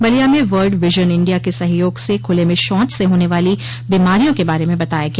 बलिया में World Vision India के सहयोग से खुले में शौच से होने वाली बीमारियों के बारे में बताया गया